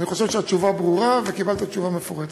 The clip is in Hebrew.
אני חושב שהתשובה ברורה, וקיבלת תשובה מפורטת.